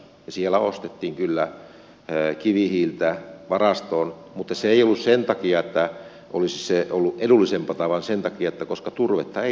siellä ostettiin kyllä kivihiiltä varastoon mutta se ei ollut sen takia että se olisi ollut edullisempaa vaan sen takia että turvetta ei saatu